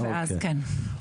אני אקשיב ואז אדבר, כן.